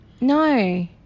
No